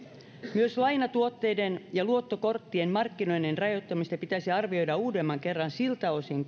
myös lainatuotteiden ja luottokorttien markkinoinnin rajoittamista pitäisi arvioida uudemman kerran siltä osin